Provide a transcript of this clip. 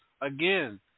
again